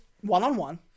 one-on-one